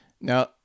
Now